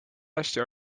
asja